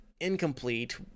incomplete